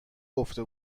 گفته